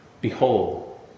behold